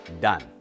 done